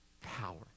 power